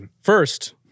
First